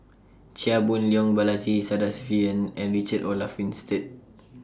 Chia Boon Leong Balaji Sadasivan and Richard Olaf Winstedt